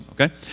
okay